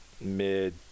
mid